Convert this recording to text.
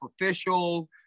official